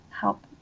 help